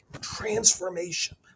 Transformation